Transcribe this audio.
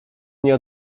nie